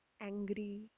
angry